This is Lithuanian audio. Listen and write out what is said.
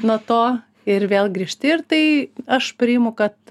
nuo to ir vėl grįžti ir tai aš priimu kad